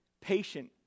patient